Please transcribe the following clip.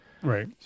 Right